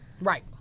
Right